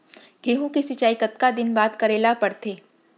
गेहूँ के सिंचाई कतका दिन बाद करे ला पड़थे?